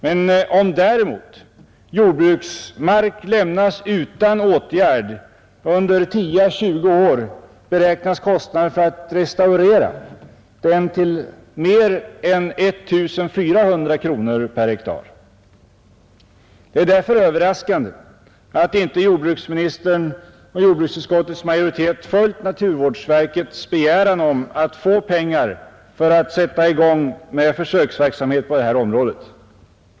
Men om jordbruksmark lämnas utan åtgärd under 10—20 år beräknas kostnaden för att restaurera den till mer än 1 400 kronor per hektar. Det är därför överraskande att inte jordbruksministern och jordbruksutskottets majoritet följt naturvårdsverkets begäran om att få pengar för att sätta i gång med försöksverksamhet på det här området.